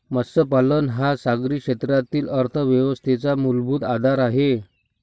मत्स्यपालन हा सागरी क्षेत्रातील अर्थव्यवस्थेचा मूलभूत आधार आहे